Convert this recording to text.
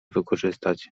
wykorzystać